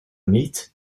meat